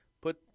Put